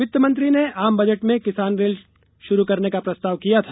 वित्त मंत्री ने आम बजट में किसान रेल शुरू करने का प्रस्ताव किया था